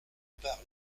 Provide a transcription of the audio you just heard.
part